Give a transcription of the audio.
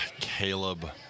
Caleb